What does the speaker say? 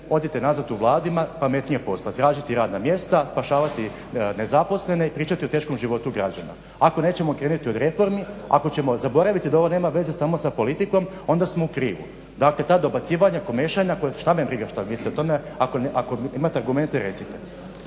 odite nazad u Vladi ima pametnijeg posla, tražiti radna mjesta, spašavati nezaposlene i pričati o teškom životu građana. Ako nećemo krenuti od reformi, ako ćemo zaboraviti da ovo nema veze samo sa politikom onda smo u krivu. Dakle, ta dobacivanja, komešanja, šta me briga šta misle o tome, ako imate argumente recite.